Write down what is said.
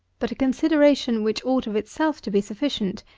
but a consideration which ought of itself to be sufficient,